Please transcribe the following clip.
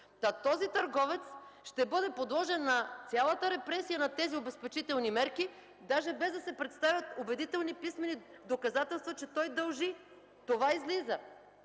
Този търговец ще бъде подложен на цялата репресия на тези обезпечителни мерки, даже без да се представят убедителни писмени доказателства, че той дължи. Това излиза!